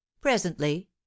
Presently